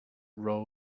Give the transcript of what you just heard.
row